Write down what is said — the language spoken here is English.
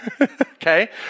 okay